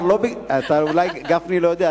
אולי גפני לא יודע,